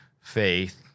faith